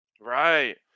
Right